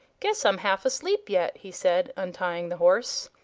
guess i'm half asleep yet, he said, untying the horse.